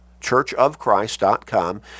churchofchrist.com